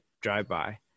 drive-by